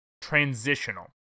transitional